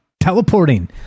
teleporting